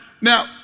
now